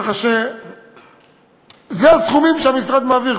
ככה שאלה הסכומים שהמשרד מעביר.